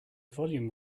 volume